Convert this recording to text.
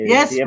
Yes